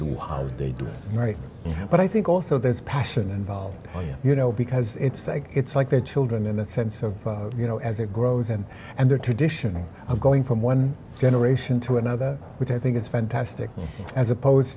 how they do it right now but i think also there's passion involved here you know because it's like it's like the children in that sense of you know as it grows and and their tradition of going from one generation to another which i think is fantastic as opposed